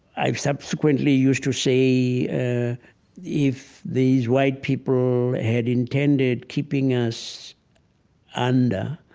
i subsequently used to say if these white people had intended keeping us under